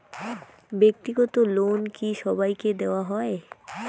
ব্যাক্তিগত লোন কি সবাইকে দেওয়া হয়?